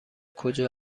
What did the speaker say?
کجا